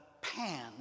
pan